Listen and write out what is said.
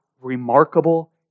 remarkable